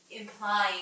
implying